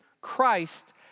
Christ